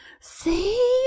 See